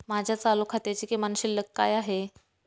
माझ्या चालू खात्याची किमान शिल्लक काय आहे?